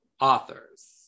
authors